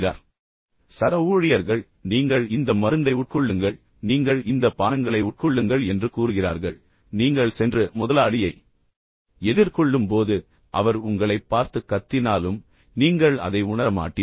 எனவே சக ஊழியர்கள் நீங்கள் இந்த மருந்தை உட்கொள்ளுங்கள் நீங்கள் இந்த பானங்களை உட்கொள்ளுங்கள் என்று கூறுகிறார்கள் எனவே நீங்கள் சென்று முதலாளியை எதிர்கொள்ளும்போது அவர் உங்களைப் பார்த்து கத்தினாலும் நீங்கள் அதை உணர மாட்டீர்கள்